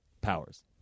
Powers